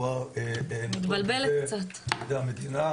והוא נעשה על ידי המדינה,